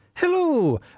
Hello